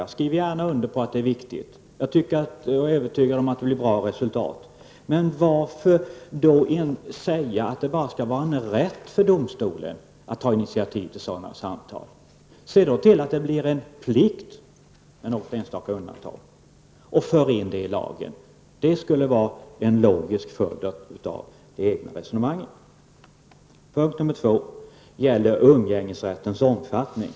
Jag skriver gärna under på att det är viktigt, och jag är övertygad om att det blir bra resultat. Men varför då säga att det bara skall vara rätt för domstolen att ta initiativ till sådana samtal? Se till att det blir en plikt -- med något enstaka undantag -- och för in det i lagen! Det skulle vara en logisk följd av de egna resonemangen. Sedan gäller det umgängesrättens omfattning.